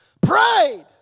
prayed